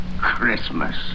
Christmas